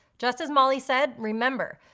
just as molly said, remember,